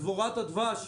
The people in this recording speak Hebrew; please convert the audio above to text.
דבורת הדבש,